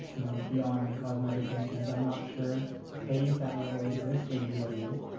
you know, beyond cosmetic concerns, i'm not sure a if that level exists or b what, it is.